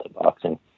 boxing